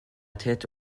tête